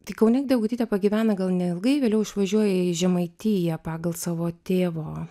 tai kaune degutytė pagyvena gal neilgai vėliau išvažiuoja į žemaitiją pagal savo tėvo